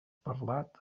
parlat